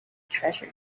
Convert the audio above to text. treasure